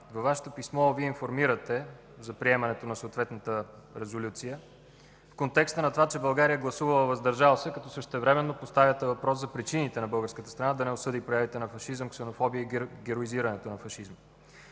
Във Вашето писмо информирате за приемането на съответната Резолюция в контекста на това, че България е гласувала „въздържал се”, като същевременно поставяте въпрос за причините на българската страна да не осъди проявите на фашизъм, ксенофобия и героизирането на фашизма.